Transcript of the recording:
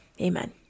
amen